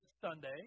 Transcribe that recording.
Sunday